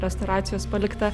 restauracijos paliktą